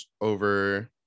over